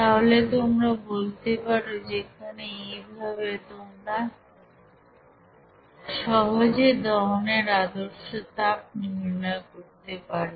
তাহলে তোমরা বলতে পারো যেখানে এইভাবে তোমরা সহজে দহনের আদর্শ তাপ নির্ণয় করতে পারবে